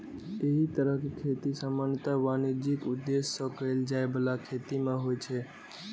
एहि तरहक खेती सामान्यतः वाणिज्यिक उद्देश्य सं कैल जाइ बला खेती मे होइ छै